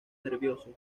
nervioso